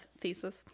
thesis